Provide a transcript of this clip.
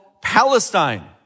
Palestine